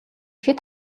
хэт